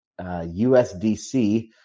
USDC